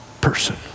person